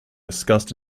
discussed